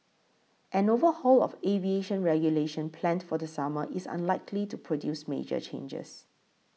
an overhaul of aviation regulation planned for the summer is unlikely to produce major changes